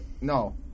No